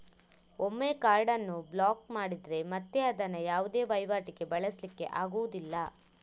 ಒಮ್ಮೆ ಕಾರ್ಡ್ ಅನ್ನು ಬ್ಲಾಕ್ ಮಾಡಿದ್ರೆ ಮತ್ತೆ ಅದನ್ನ ಯಾವುದೇ ವೈವಾಟಿಗೆ ಬಳಸ್ಲಿಕ್ಕೆ ಆಗುದಿಲ್ಲ